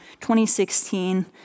2016